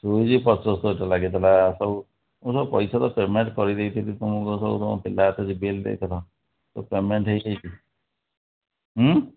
switch ପଞ୍ଚସ୍ତରୀଟା ଲାଗିଥିଲା ସବୁ ମୁଁ ସବୁ ପଇସା ତ ପେମେଣ୍ଟ୍ କରିଦେଇଥିଲି ତୁମକୁ ସବୁ ତୁମ ପିଲା ହାତରେ ଯେଉଁ ବିଲ୍ ଦେଇଥିଲ ପେମେଣ୍ଟ୍ ହୋଇଯାଇଛି ହଁ